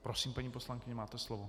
Prosím, paní poslankyně, máte slovo.